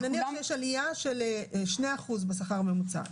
אבל נניח שיש עלייה של 2% בשכר הממוצע,